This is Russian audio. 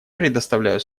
предоставляю